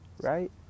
Right